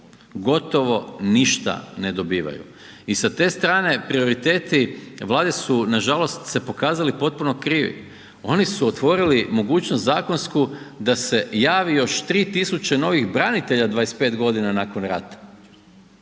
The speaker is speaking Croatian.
gotovo ništa ne dobivaju i sa te strane prioriteti Vlade su nažalost se pokazali potpuno krivi. Oni su otvorili mogućnost zakonsku da se javi još 3000 novih branitelja 25.g. nakon rata